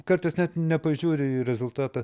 kartais net nepažiūri į rezultatą